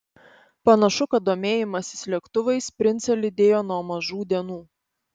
panašu kad domėjimasis lėktuvais princą lydėjo nuo mažų dienų